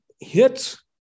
hits